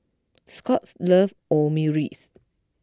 Scott loves Omurice